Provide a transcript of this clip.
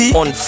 on